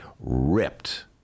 ripped